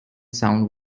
sound